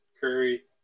Curry